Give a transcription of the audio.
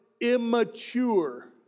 immature